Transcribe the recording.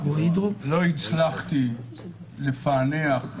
לפענח,